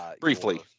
Briefly